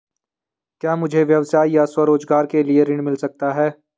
क्या मुझे व्यवसाय या स्वरोज़गार के लिए ऋण मिल सकता है?